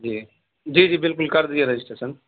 جی جی جی بالکل کر دیجیے رجسٹریشن